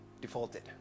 defaulted